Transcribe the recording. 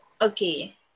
Okay